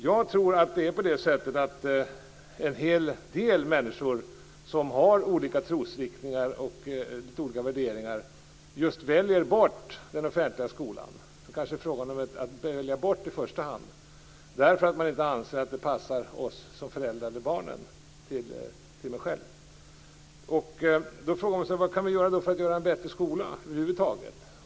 Jag tror att en hel del människor med olika trosriktningar och värderingar skulle välja bort den offentliga skolan. Det är kanske i första hand frågan om att välja bort något, därför att man anser att det inte passar dem som föräldrar eller deras barn. Vad kan vi då göra för att få en bättre skola över huvud taget?